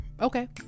okay